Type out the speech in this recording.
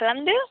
खालामदो